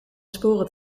sporen